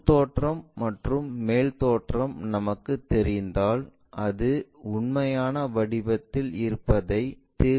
முன் தோற்றம் மற்றும் மேல் தோற்றம் நமக்குத் தெரிந்தால் அது உண்மையான வடிவத்தில் இருப்பதை தீர்மானிக்க ஒரு வழி இருக்கிறதா